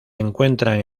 encuentran